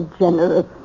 generous